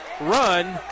run